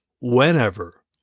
whenever